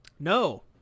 No